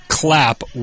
clap